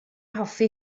hoffi